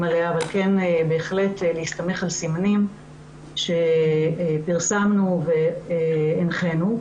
עליה ולגביה אפשר להסתמך על סימנים שפרסמנו והנחינו.